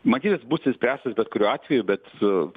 matyt jis bus išspręstas bet kuriuo atveju bet